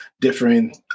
different